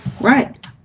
Right